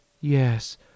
Yes